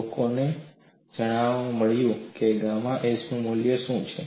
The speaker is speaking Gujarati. લોકોને એ પણ જાણવા મળ્યું છે કે ગામા s નું મૂલ્ય શું છે